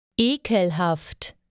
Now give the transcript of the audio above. Ekelhaft